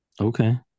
Okay